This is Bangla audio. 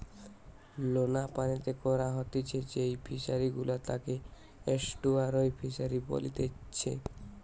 লোনা পানিতে করা হতিছে যেই ফিশারি গুলা তাকে এস্টুয়ারই ফিসারী বলেতিচ্ছে